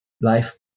life